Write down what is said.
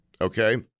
okay